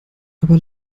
aber